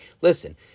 Listen